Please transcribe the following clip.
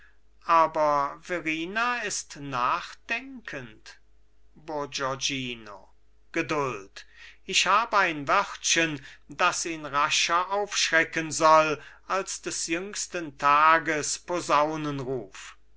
aber verrina ist nachdenkend bourgognino geduld ich hab ein wörtchen das ihn rascher aufschröcken soll als des jüngsten tages